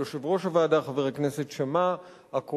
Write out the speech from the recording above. וליושב-ראש הוועדה חבר הכנסת שאמה-הכהן,